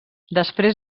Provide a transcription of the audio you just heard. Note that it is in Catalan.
després